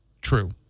true